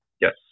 Yes